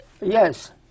Yes